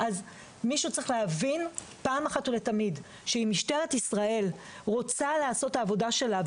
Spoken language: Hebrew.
מישהו צריך להבין אחת ולתמיד שאם משטרת ישראל רוצה לעשות את העבודה שלה,